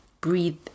breathe